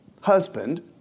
husband